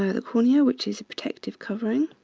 ah the cornea which is a protective covering.